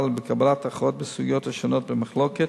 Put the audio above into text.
בקבלת הכרעות בסוגיות השונות במחלוקת,